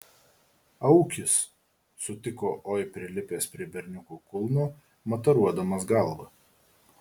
aukis sutiko oi prilipęs prie berniuko kulno mataruodamas galva